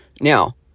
Now